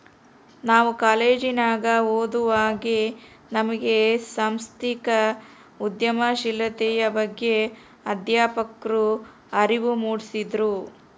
ನಾವು ಕಾಲೇಜಿನಗ ಓದುವಾಗೆ ನಮ್ಗೆ ಸಾಂಸ್ಥಿಕ ಉದ್ಯಮಶೀಲತೆಯ ಬಗ್ಗೆ ಅಧ್ಯಾಪಕ್ರು ಅರಿವು ಮೂಡಿಸಿದ್ರು